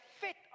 fit